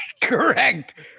Correct